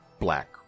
black